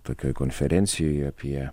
tokioj konferencijoj apie